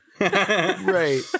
Right